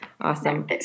Awesome